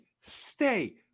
Stay